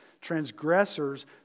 transgressors